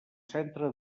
centre